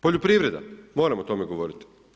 Poljoprivreda, moram o tome govoriti.